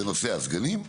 זה נושא הסגנים,